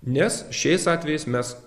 nes šiais atvejais mes